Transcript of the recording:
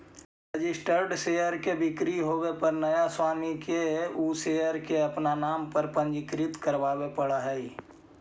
registered share के बिक्री होवे पर नया स्वामी के उ शेयर के अपन नाम से पंजीकृत करवावे पड़ऽ हइ